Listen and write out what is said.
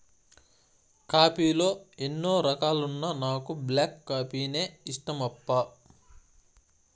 coffee లో ఎన్నో రకాలున్నా నాకు బ్లాక్ కాఫీనే ఇష్టమప్పా